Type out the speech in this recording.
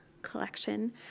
collection